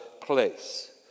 place